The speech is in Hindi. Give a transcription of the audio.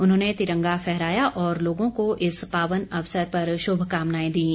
उन्होंने तिरंगा फहराया और लोगों को इस पावन अवसर पर शुभकामनाएं दीं